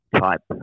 type